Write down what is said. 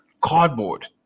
cardboard